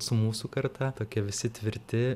su mūsų karta tokie visi tvirti